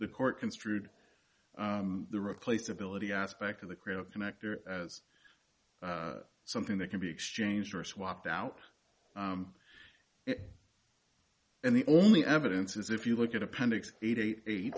the court construed the replace ability aspect of the creative connector as something that can be exchanged or swapped out and the only evidence is if you look at appendix eight eight eight